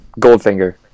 Goldfinger